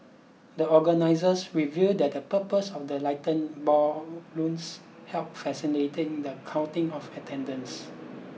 the organisers revealed that the purpose of the lightened balloons helped facilitating the counting of attendance